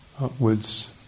upwards